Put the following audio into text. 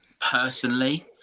personally